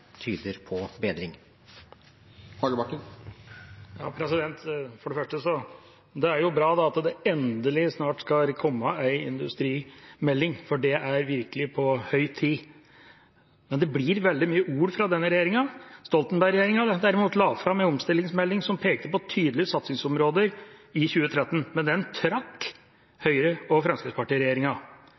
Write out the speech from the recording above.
endelig snart skal komme en industrimelding, for det er virkelig på høy tid. Men det blir veldig mye ord fra denne regjeringa. Stoltenberg-regjeringa, derimot, la fram en omstillingsmelding som pekte på tydelige satsingsområder i 2013, men den trakk Høyre–Fremskrittsparti-regjeringa. Industrien har etterlyst bedre ordninger for testing og